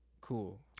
cool